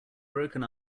broken